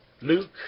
Luke